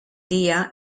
dia